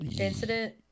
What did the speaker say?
incident